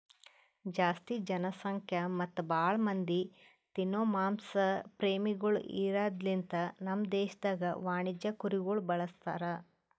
ಜಾಸ್ತಿ ಜನಸಂಖ್ಯಾ ಮತ್ತ್ ಭಾಳ ಮಂದಿ ತಿನೋ ಮಾಂಸ ಪ್ರೇಮಿಗೊಳ್ ಇರದ್ ಲಿಂತ ನಮ್ ದೇಶದಾಗ್ ವಾಣಿಜ್ಯ ಕುರಿಗೊಳ್ ಬಳಸ್ತಾರ್